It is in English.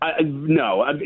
No